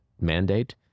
mandate